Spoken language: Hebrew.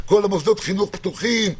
כל מוסדות החינוך פתוחים,